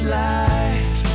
life